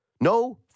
No